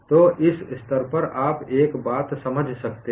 तो इस स्तर पर आप एक बात समझ सकते हैं